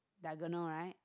diagonal right